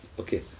okay